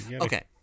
Okay